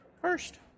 first